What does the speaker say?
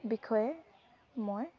বিষয়ে মই